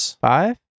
Five